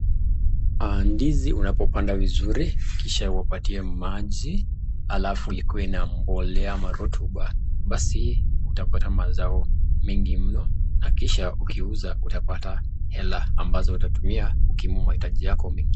Ndizi unapopanda vizuri, kisha uipatie maji, halafu ikuwe na mbolea ama rotuba basi utapata mazao mengi mno na kisha ukiuza utapata hela ambazo utatumia kukimu mahitaji yako mengine.